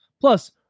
Plus